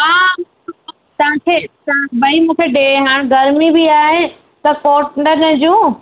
हा तव्हां खे भई मूंखे ॾे हाणे गर्मी बि आहे त कॉटन जूं